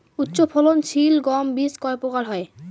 উচ্চ ফলন সিল গম বীজ কয় প্রকার হয়?